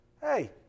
hey